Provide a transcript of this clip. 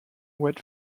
wet